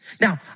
Now